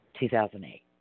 2008